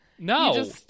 No